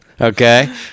Okay